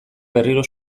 berriro